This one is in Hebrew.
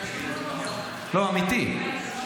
אמיתי,